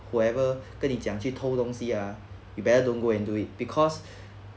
whoever 跟你讲去偷东西 ah you better don't go and do it because